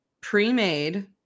pre-made